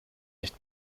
nicht